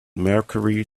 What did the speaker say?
mercury